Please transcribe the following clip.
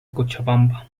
cochabamba